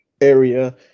area